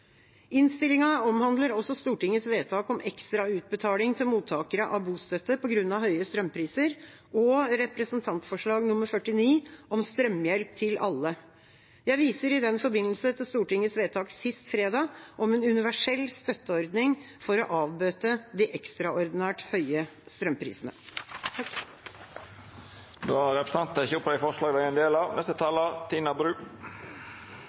Innstillinga omhandler også Stortingets vedtak om ekstra utbetaling til mottakere av bostøtte på grunn av høye strømpriser og representantforslag 49 S om strømhjelp til alle. Jeg viser i den forbindelse til Stortingets vedtak sist fredag om en universell støtteordning for å avbøte de ekstraordinært høye strømprisene. Representanten Lise Christoffersen har teke opp det forslaget